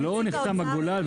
עוד לא נחתם הגולל.